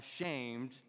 ashamed